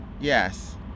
yes